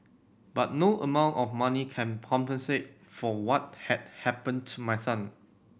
but no amount of money can compensate for what had happened to my son